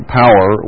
power